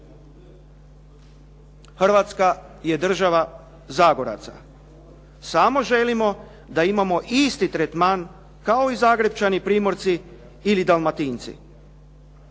Hrvatska je država Zagoraca, samo želimo isti tretman kao i Zagrepčani, Primorci ili Dalmatinci.